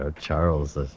Charles